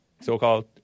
so-called